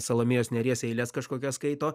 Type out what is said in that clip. salomėjos nėries eiles kažkokias skaito